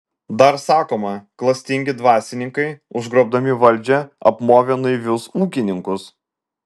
dar sakoma klastingi dvasininkai užgrobdami valdžią apmovė naivius ūkininkus